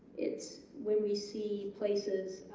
it's when we see places